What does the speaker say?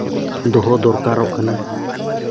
ᱫᱚᱦᱚ ᱫᱚᱨᱠᱟᱨᱚᱜ ᱠᱟᱱᱟ